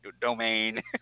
domain